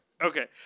Okay